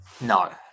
No